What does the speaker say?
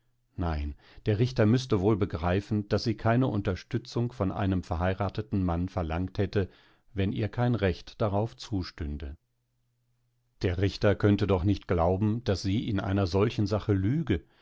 nein der richter müßte wohl begreifen daß sie keine unterstützung von einem verheirateten mann verlangt hätte wenn ihr kein recht darauf zustünde der richter könnte doch nicht glauben daß sie in einer solchen sache lüge